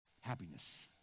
happiness